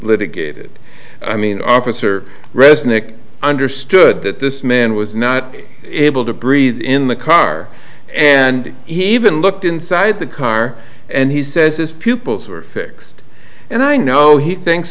litigated i mean officer resnick understood that this man was not able to breathe in the car and he even looked inside the car and he says his pupils were fixed and i know he thinks